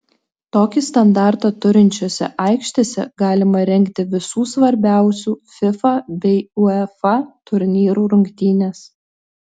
tokį standartą turinčiose aikštėse galima rengti visų svarbiausių fifa bei uefa turnyrų rungtynes